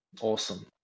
awesome